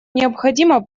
необходимо